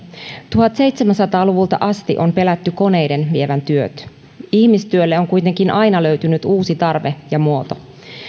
tuhatseitsemänsataa luvulta asti on pelätty koneiden vievän työt ihmistyölle on kuitenkin aina löytynyt uusi tarve ja muoto